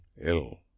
ill